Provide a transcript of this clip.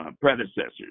predecessors